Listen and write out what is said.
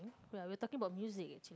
we're we talking about music